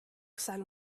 sun